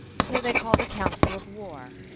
so they called a council of war,